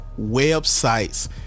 websites